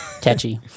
catchy